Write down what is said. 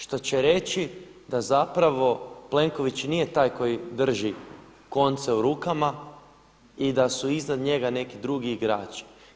Što će reći, da zapravo Plenković nije taj koji drži konce u rukama i da su iznad njega neki drugi igrači.